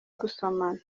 gusomana